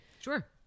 sure